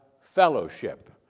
fellowship